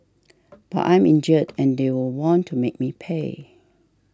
but I'm injured and they will want to make me pay